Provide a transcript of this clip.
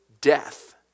death